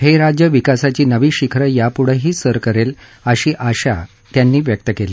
हे राज्य विकासांची नवी शिखरं यापुढेही सर करेल अशी आशा त्यांनी व्यक्त केली